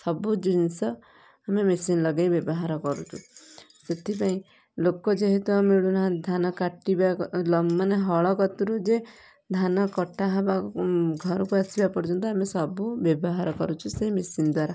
ସବୁ ଜିନଷ ଆମେ ମେସିନ ଲଗାଇ ବ୍ୟବହାର କରୁଛୁ ସେଥିପାଇଁ ଲୋକ ଯେହେତୁ ଆଉ ମିଳୁନାହାଁନ୍ତି ଧାନ କାଟିବା ଲ ମାନେ ହଳ କତୁରୁ ଯେ ଧାନ କଟା ହବା ଘରୁକୁ ଆସିବା ପର୍ଯ୍ୟନ୍ତ ଆମେ ସବୁ ବ୍ୟବହାର କରୁଛୁ ସେଇ ମେସିନ ଦ୍ୱାରା